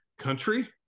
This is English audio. country